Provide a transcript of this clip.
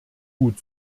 gut